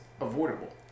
avoidable